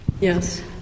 Yes